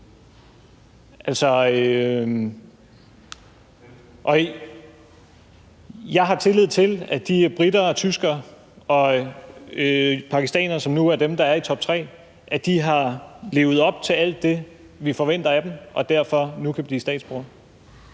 Jeg har tillid til, at de briter og tyskere og pakistanere, som nu er dem, der er i toptre, har levet op til alt det, vi forventer af dem, og derfor nu kan blive statsborgere.